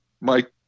Mike